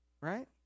Right